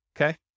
Okay